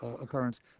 occurrence